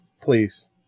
please